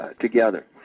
together